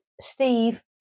Steve